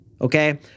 okay